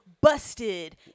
busted